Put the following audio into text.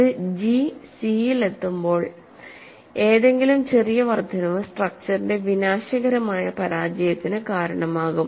ഇത് ജി സിയിൽ എത്തുമ്പോൾ ഏതെങ്കിലും ചെറിയ വർദ്ധനവ് സ്ട്രക്ച്ചറിന്റെ വിനാശകരമായ പരാജയത്തിന് കാരണമാകും